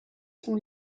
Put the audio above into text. sont